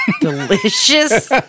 Delicious